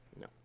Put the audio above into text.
No